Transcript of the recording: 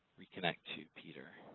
reconnect to peter.